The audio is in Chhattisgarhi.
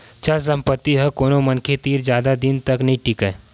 चल संपत्ति ह कोनो मनखे तीर जादा दिन तक नइ टीकय